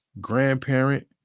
grandparent